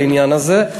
בעניין הזה.